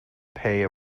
pay